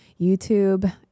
YouTube